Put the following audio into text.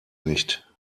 nicht